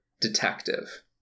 detective